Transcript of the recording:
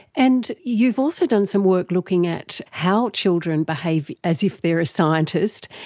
and you've also done some work looking at how children behave as if they are a scientist.